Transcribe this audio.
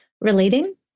relating